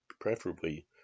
preferably